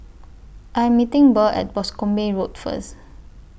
I Am meeting Burl At Boscombe Road First